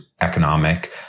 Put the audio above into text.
economic